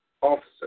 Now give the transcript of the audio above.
officer